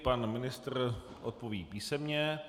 Pan ministr odpoví písemně.